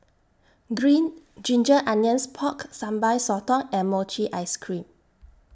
Green Ginger Onions Pork Sambal Sotong and Mochi Ice Cream